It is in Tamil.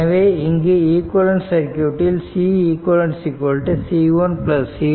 எனவே இங்கு ஈக்விவலெண்ட் சர்க்யூட்டில் Ceq C1 C2 C3